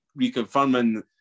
reconfirming